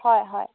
হয় হয়